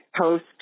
Post